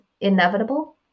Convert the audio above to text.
inevitable